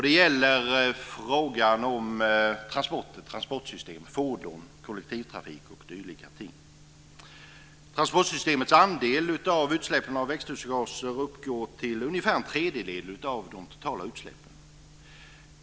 Det gäller frågan om transporter, transportsystem, fordon, kollektivtrafik och dylika ting. Transportsystemens andel av utsläppen av växthusgaser uppgår till ungefär en tredjedel av de totala utsläppen.